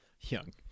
Young